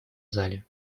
зале